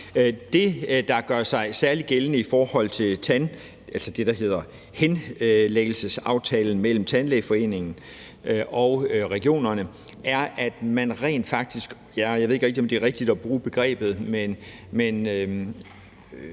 noget, der gør sig særligt gældende i forhold til det, der hedder henlæggelsesaftalen mellem Tandlægeforeningen og regionerne. Jeg ved ikke rigtig, om det er rigtigt at bruge begrebet, men